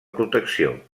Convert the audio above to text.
protecció